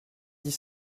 dix